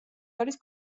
არის